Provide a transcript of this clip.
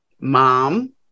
mom